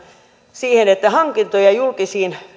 siihen että hankintoja julkisiin